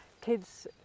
kids